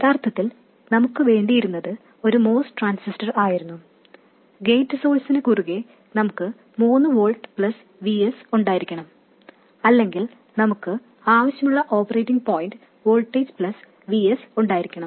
യഥാർത്ഥത്തിൽ നമുക്ക് വേണ്ടിയിരുന്നത് ഒരു MOS ട്രാൻസിസ്റ്റർ ആയിരുന്നു ഗേറ്റ് സോഴ്സിനു കുറുകേ നമുക്ക് മൂന്ന് വോൾട്ട് പ്ലസ് Vs ഉണ്ടായിരിക്കണം അല്ലെങ്കിൽ നമുക്ക് ആവശ്യമുള്ള operating point voltage plus Vs ഉണ്ടായിരിക്കണം